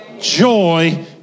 joy